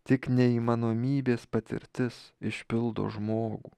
tik neįmanomybės patirtis išpildo žmogų